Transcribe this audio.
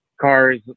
cars